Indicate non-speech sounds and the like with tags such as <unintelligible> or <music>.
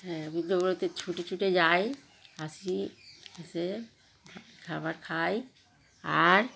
হ্যাঁ <unintelligible> ছুটে ছুটে যাই আসি এসে খাবার খাই আর